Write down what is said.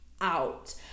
out